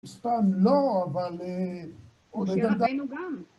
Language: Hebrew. סתם לא, אבל... או שירתנו גם.